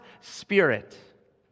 Spirit